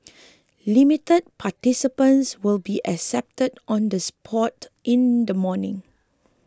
limited participants will be accepted on the spot in the morning